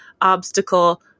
obstacle